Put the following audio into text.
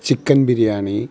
chicken biryani